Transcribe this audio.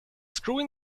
screwing